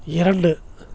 இரண்டு